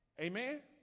Amen